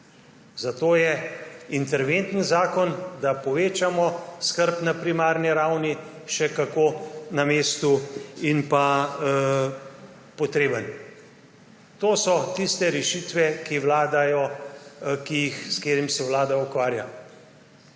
Zato je interventni zakon, da povečamo skrb na primarni ravni, še kako na mestu in potreben. To so tiste rešitve, s katerimi se vlada ukvarja.